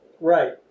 Right